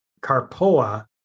Carpoa